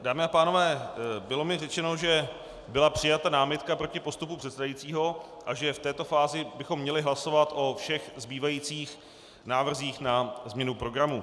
Dámy a pánové, bylo mi řečeno, že byla přijata námitka proti postupu předsedajícího a že v této fázi bychom měli hlasovat o všech zbývajících návrzích na změnu programu.